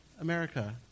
America